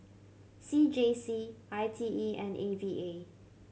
C J C I T E and A V A